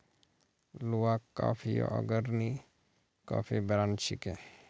Luwak कॉफियो अग्रणी coffee brand छिके